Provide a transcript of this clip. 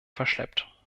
verschleppt